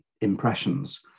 impressions